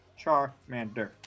Charmander